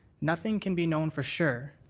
nothing can be known for sure.